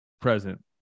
present